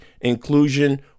inclusion